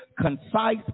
concise